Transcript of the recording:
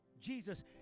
Jesus